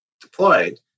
deployed